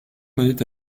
menait